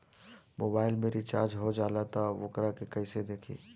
Mobile में recharge हो जाला त वोकरा के कइसे देखी?